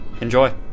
Enjoy